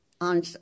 On